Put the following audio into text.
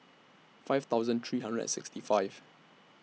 five thousand three hundred and sixty five